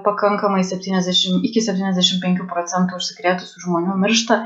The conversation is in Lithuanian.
pakankamai septyniasdešim iki septyniasdešim penkių procentų užsikrėtusių žmonių miršta